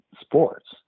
sports